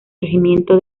regimiento